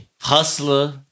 hustler